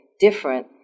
different